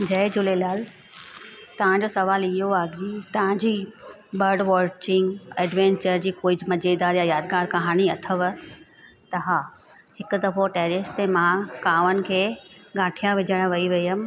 जय झूलेलाल तव्हांजो सवालु इहो आहे की तव्हांजी बर्ड वॉचिंग एडवेंचर जी कोई ज मज़ेदार या यादगार कहानी अथव त हा हिकु दफ़ो टेरेस ते मां कांवनि खे गांठिया विझणु वेई हुयमि